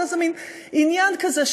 זה איזה מין עניין כזה,